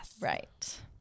Right